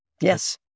Yes